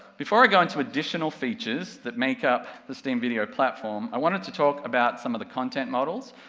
before i go into additional features that make up the steam video platform, i wanted to talk about some of the content models,